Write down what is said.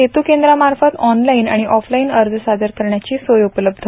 सेतू केंद्रामार्फत ऑनलाईन आणि ऑफलाईन अर्ज सादर करण्याची सोय उपलब्ध